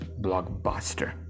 blockbuster